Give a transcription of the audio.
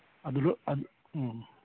ꯑꯥ